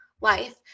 life